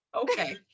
Okay